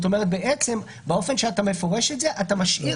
בעצם באופן שאתה מפרש את זה אתה משאיר